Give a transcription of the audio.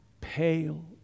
pale